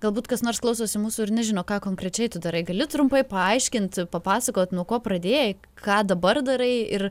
galbūt kas nors klausosi mūsų ir nežino ką konkrečiai tu darai gali trumpai paaiškint papasakot nuo ko pradėjai ką dabar darai ir